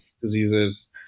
diseases